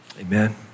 Amen